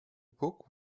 book